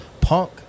Punk